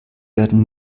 werden